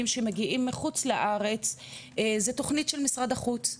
שמגיעים מחוץ לארץ זה תוכנית של משרד החוץ,